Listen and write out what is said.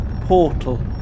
portal